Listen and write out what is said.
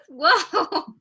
Whoa